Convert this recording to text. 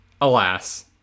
alas